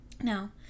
Now